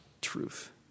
truth